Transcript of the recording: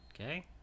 Okay